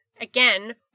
again